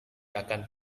akan